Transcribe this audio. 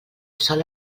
sol